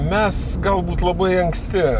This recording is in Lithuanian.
mes galbūt labai anksti